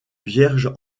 vierge